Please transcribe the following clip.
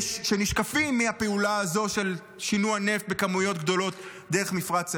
שנשקפים מהפעולה הזו של שינוע נפט בכמויות גדולות דרך מפרץ אילת?